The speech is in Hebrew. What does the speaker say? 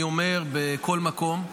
אני אומר בכל מקום,